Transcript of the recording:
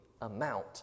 amount